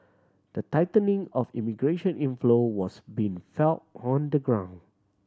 the tightening of immigration inflow was being felt on the ground